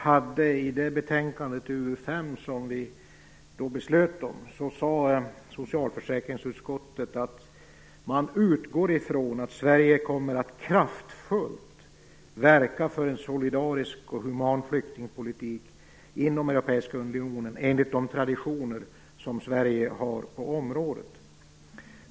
I det betänkandet, UU5, sade socialförsäkringsutskottet att man utgick från att Sverige kraftfullt skulle verka för en solidarisk och human flyktingpolitik inom den europeiska unionen enligt de traditioner som Sverige har på området.